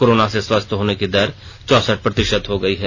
corona से स्वस्थ होने की देर चौंसठ प्रतिशत हो गई है